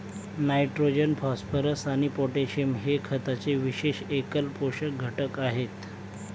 nitrogen, phosphorus आणि potassium हे खताचे विशेष एकल पोषक घटक आहेत